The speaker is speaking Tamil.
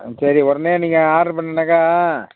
ஆ சரி உடனே நீங்கள் ஆட்ரு பண்ணணுனாக்க